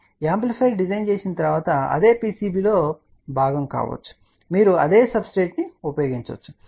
వాస్తవానికి amplifier design చేసిన తర్వాత అదే PCB లో భాగం కావచ్చు మీరు అదే సబ్స్ట్రేట్న్ని ఉపయోగిస్తారు